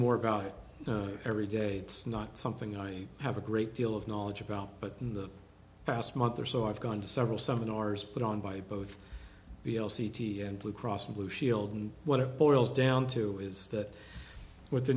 more about it every day it's not something i have a great deal of knowledge about but in the past month or so i've gone to several some in ours put on by both b l c t and blue cross blue shield and what it boils down to is that with the